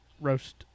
roast –